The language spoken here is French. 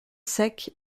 sec